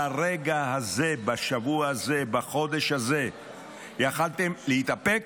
ברגע הזה, בשבוע הזה, בחודש הזה יכולתם להתאפק,